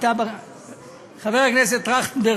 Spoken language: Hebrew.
חבר הכנסת טרכטנברג,